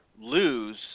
lose